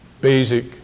basic